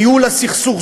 ניהול הסכסוך,